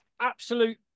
absolute